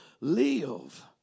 live